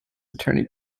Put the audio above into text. attorney